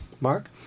Mark